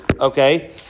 okay